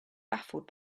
baffled